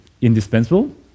indispensable